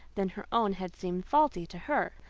than her own had seemed faulty to her.